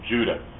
Judah